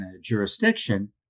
jurisdiction